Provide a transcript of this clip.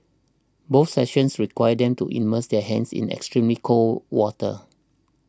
both sessions required them to immersed their hands in extremely cold water